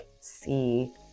see